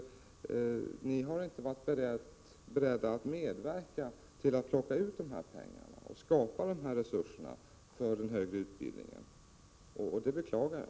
Ni har ju inte varit beredda att medverka till att plocka ut dessa pengar och skapa dessa resurser för den högre utbildningen. Det beklagar jag.